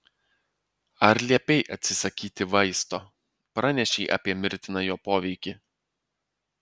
ar liepei atsisakyti vaisto pranešei apie mirtiną jo poveikį